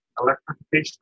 electrification